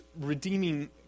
redeeming